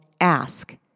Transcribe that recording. ask